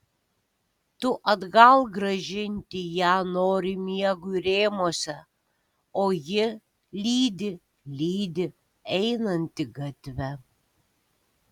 tu atgal grąžinti ją nori miegui rėmuose o ji lydi lydi einantį gatve